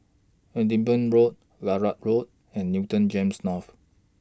Edinburgh Road Larut Road and Newton Gems North